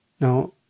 Now